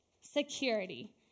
Security